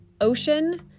ocean